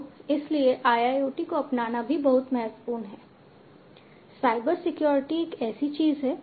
तो इसीलिए IIoT को अपनाना भी बहुत महत्वपूर्ण है